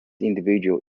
individuals